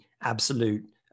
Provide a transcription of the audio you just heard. absolute